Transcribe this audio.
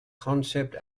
concept